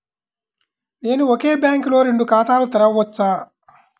నేను ఒకే బ్యాంకులో రెండు ఖాతాలు తెరవవచ్చా?